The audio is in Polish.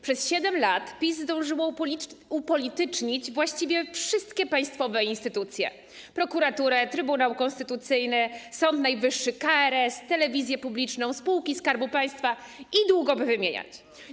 Przez 7 lat PiS zdążył upolitycznić właściwie wszystkie państwowe instytucje: prokuraturę, Trybunał Konstytucyjny, Sąd Najwyższy, KRS, telewizję publiczną, spółki Skarbu Państwa, długo by wymieniać.